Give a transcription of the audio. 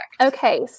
Okay